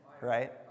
right